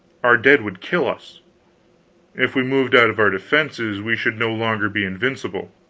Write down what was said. our dead would kill us if we moved out of our defenses, we should no longer be invincible.